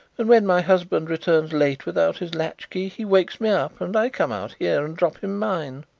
and when my husband returns late without his latchkey he wakes me up and i come out here and drop him mine.